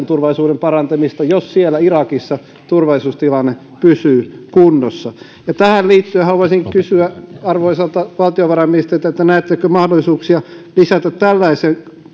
turvallisuuden parantamista jos siellä irakissa turvallisuustilanne pysyy kunnossa ja tähän liittyen haluaisin kysyä arvoisalta valtiovarainministeriltä näettekö mahdollisuuksia lisätä tällaiseen